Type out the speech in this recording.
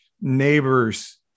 neighbors